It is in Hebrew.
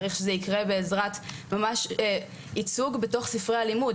צריך שזה יקרה בעזרת ממש ייצוג בתוך ספרי הלימוד,